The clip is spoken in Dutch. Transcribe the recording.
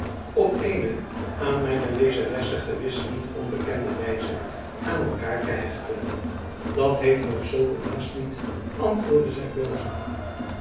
op eene aan mijn lezeressen gewis niet onbekende wijze aan elkaar te hechten dat heeft nog zulk een haast niet antwoordde zij blozende